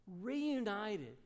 reunited